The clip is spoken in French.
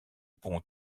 pond